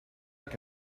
que